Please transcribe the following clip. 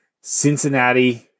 Cincinnati